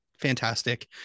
fantastic